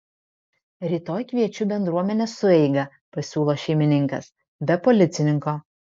rytoj kviečiu bendruomenės sueigą pasiūlo šeimininkas be policininko